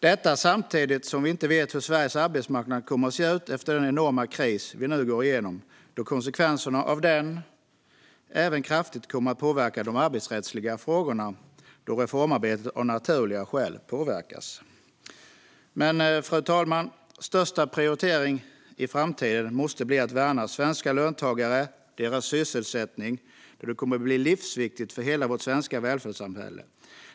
Detta sker samtidigt som vi inte vet hur Sveriges arbetsmarknad kommer att se ut efter den enorma kris vi nu går igenom, eftersom konsekvenserna av den kraftigt kommer att påverka även de arbetsrättsliga frågorna då reformarbetet av naturliga skäl påverkas. Fru talman! Den största prioriteringen i framtiden måste bli att värna svenska löntagare och deras sysselsättning, och det kommer att bli livsviktigt för hela vårt svenska välfärdssamhälle.